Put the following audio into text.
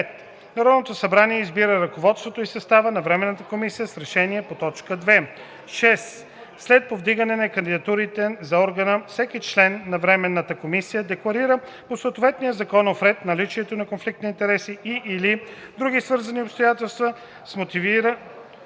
Народното събрание избира ръководството и състава на временната комисия с решението по т. 2. 6. След издигането на кандидатурите за органа всеки член на временната комисия декларира по съответния законов ред наличието на конфликт на интереси и/или други свързани обстоятелства с номинираните